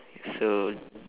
so